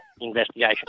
investigation